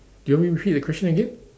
do you want me repeat the question again